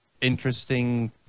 interesting